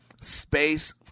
space